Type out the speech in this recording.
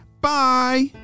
Bye